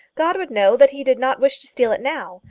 god would know that he did not wish to steal it now!